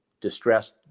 distressed